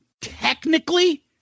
technically